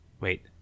wait